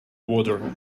water